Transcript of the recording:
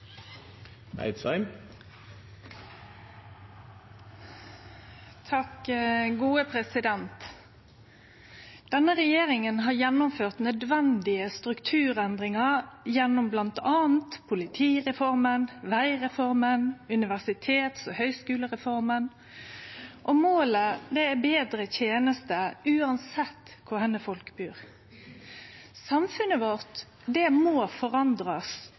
Denne regjeringa har gjennomført nødvendige strukturendringar gjennom bl.a. politireforma, vegreforma og universitets- og høgskulereforma. Målet er betre tenester uansett kvar folk bur. Samfunnet vårt må forandrast